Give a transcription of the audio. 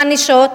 מענישות